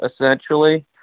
essentially